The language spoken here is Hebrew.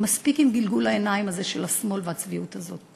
מספיק עם גלגול העיניים הזה של השמאל והצביעות הזאת.